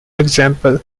example